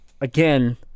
again